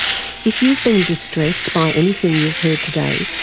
if you've been distressed by anything you've heard today,